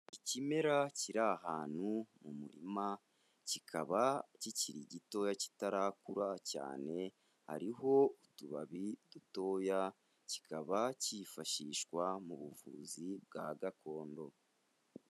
Ikimera kiri ahantu mu murima kikaba kikiri gitoya kitarakura cyane, hariho utubabi dutoya, kikaba cyifashishwa mu buvuzi bwa gakondo.